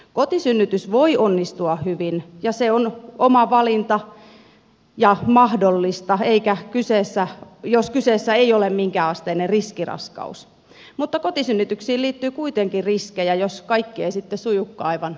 kotisynnytys voi onnistua hyvin ja se on oma valinta ja mahdollista jos kyseessä ei ole minkäänasteinen riskiraskaus mutta kotisynnytyksiin liittyy kuitenkin riskejä jos kaikki ei sitten sujukaan aivan oppikirjan mukaan